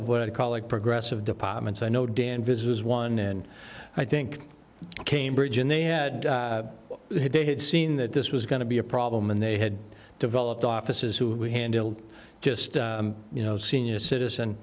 of what i call a progressive department so i know dan visit was one and i think cambridge and they had they had seen that this was going to be a problem and they had developed offices who handled just you know senior citizen